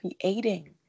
creating